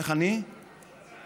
איך אני, איך לקרוא לאשקלון?